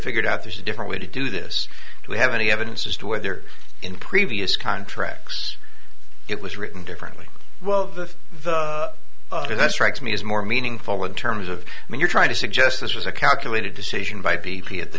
figured out there's a different way to do this do we have any evidence as to whether in previous contracts it was written differently well the thing that strikes me is more meaningful in terms of when you're trying to suggest this was a calculated decision by b p at the